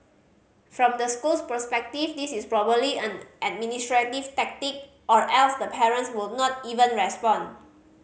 from the school's perspective this is probably an administrative tactic or else the parents would not even respond